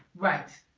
right.